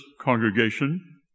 congregation